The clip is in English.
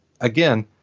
again